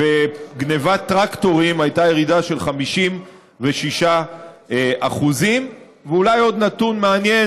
ובגנבת טרקטורים הייתה ירידה של 56%. ואולי עוד נתון מעניין,